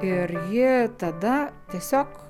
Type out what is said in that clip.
ir ji tada tiesiog